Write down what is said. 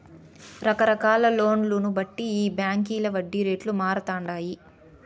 రకరకాల లోన్లను బట్టి ఈ బాంకీల వడ్డీ రేట్లు మారతండాయి